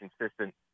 consistent